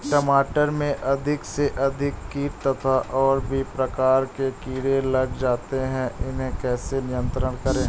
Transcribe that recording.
टमाटर में अधिक से अधिक कीट तथा और भी प्रकार के कीड़े लग जाते हैं इन्हें कैसे नियंत्रण करें?